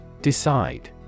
Decide